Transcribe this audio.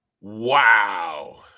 Wow